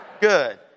Good